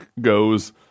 goes